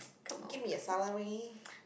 give me a salary